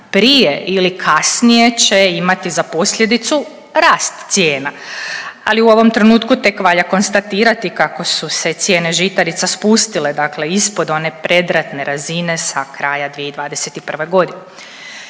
prije ili kasnije će imati za posljedicu rast cijena. Ali u ovom trenutku tek valja konstatirati kako su se cijene žitarica spustile, dakle ispod one predratne razine sa kraja 2021. godine.